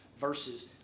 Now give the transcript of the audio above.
versus